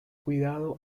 cuidado